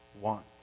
want